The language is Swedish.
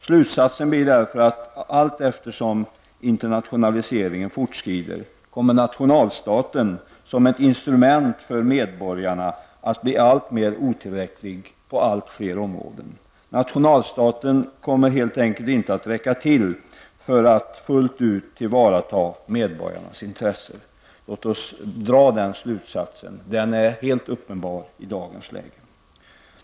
Slutsatsen blir därför att allteftersom internationalieringen fortskrider kommer nationalstaten som ett instrument för medborgarna att bli alltmer otillräcklig på allt fler områden. Nationalstaten kommer helt enkelt inte att räcka till för att fullt ut tillvarata medborgarnas intressen. Låt oss dra den slutsatsen. Den är helt uppenbar i dagens läge.